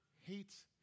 hates